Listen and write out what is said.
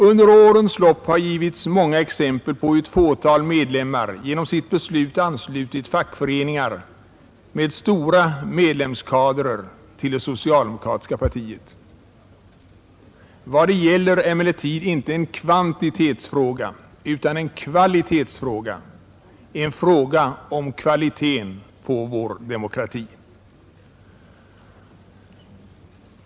Under årens lopp har givits många exempel på hur ett fåtal medlemmar genom sitt beslut anslutit fackföreningar med stora medlemskadrer till det socialdemokratiska partiet. Vad det gäller är emellertid inte en kvantitetsfråga utan en kvalitetsfråga — en fråga om kvaliteten på vår demokrati.